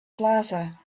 plaza